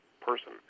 person